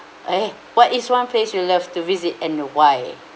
eh what is one place you love to visit and why